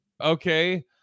Okay